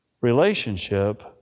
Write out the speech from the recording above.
relationship